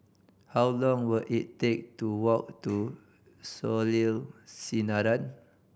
how long will it take to walk to Soleil Sinaran